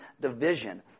division